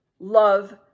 Love